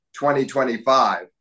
2025